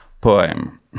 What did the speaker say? poem